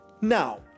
Now